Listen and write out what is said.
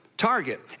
target